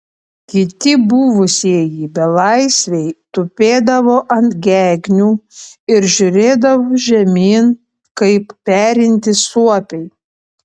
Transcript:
kiti buvusieji belaisviai tupėdavo ant gegnių ir žiūrėdavo žemyn kaip perintys suopiai